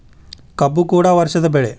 ಕಬ್ಬು ಕೂಡ ವರ್ಷದ ಬೆಳೆ